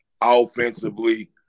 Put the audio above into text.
offensively